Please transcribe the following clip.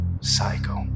psycho